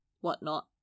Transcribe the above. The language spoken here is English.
whatnot